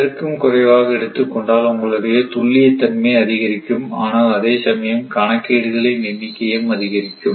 இதற்கும் குறைவாக எடுத்துக் கொண்டால் உங்களுடைய துல்லியத்தன்மை அதிகரிக்கும் ஆனால் அதே சமயம் கணக்கீடுகளின் எண்ணிக்கையும் அதிகரிக்கும்